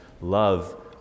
love